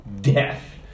death